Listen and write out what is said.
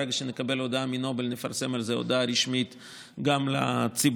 ברגע שנקבל הודעה מנובל נפרסם על זה הודעה רשמית גם לציבור.